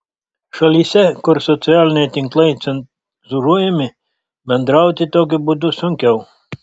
šalyse kur socialiniai tinklai cenzūruojami bendrauti tokiu būdu sunkiau